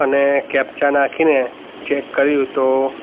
અને કેપ્ચા નાખીને ચૅક કર્યું તો